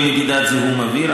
לגבי נדידת זיהום אוויר.